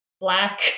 black